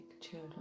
children